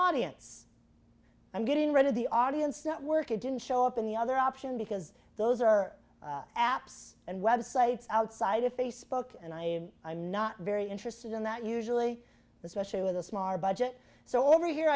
audience i'm getting rid of the audience network it didn't show up in the other option because those are apps and websites outside if they spoke and i i'm not very interested in that usually especially with a smart budget so over here